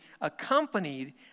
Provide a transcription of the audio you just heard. accompanied